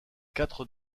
quatre